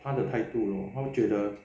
他的态度咯他会觉得